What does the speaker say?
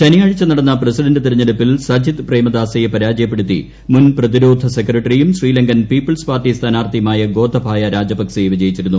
ശനിയാഴ്ച നടന്ന പ്രസിഡന്റ് തെരഞ്ഞെടുപ്പിൽ സജിത് പ്രേമദാസയെ പരാജയപ്പെടുത്തി മുൻ പ്രതിരോധ സെക്രട്ടറിയും ശ്രീലങ്കൻ പീപ്പിൾസ് പാർട്ടി സ്ഥാനാർത്ഥിയുമായ ഗോതബായ രജപക്സ വിജയിച്ചിരുന്നു